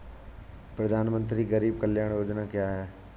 प्रधानमंत्री गरीब कल्याण योजना क्या है?